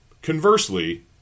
Conversely